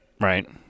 Right